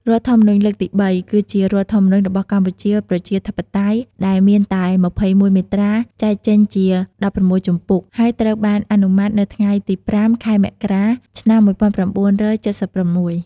រដ្ឋធម្មនុញ្ញលើកទី៣ គឺជារដ្ឋធម្មនុញ្ញរបស់កម្ពុជាប្រជាធិបតេយ្យដែលមានតែ ២១មាត្រា ចែកចេញជា ១៦ជំពូក ហើយត្រូវបានអនុម័តនៅថ្ងៃទី៥ ខែមករា ឆ្នាំ១៩៧៦។